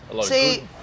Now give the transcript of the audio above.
See